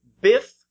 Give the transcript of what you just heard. Biff